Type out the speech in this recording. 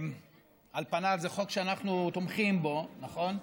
על פניו זה החוק שאנחנו תומכים בו, נכון?